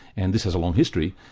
and this has a long history,